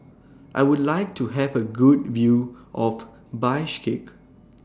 I Would like to Have A Good View of Bishkek